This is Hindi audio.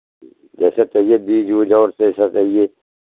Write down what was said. जैसे चाहिए बीज वीज और सो सब चाहिए